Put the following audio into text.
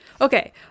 Okay